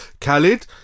Khaled